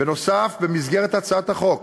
בנוסף, במסגרת הצעת החוק